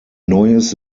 neues